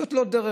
זאת לא דרך,